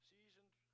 Seasoned